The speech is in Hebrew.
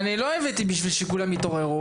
אני לא הבאתי בשביל שכולם יתעוררו,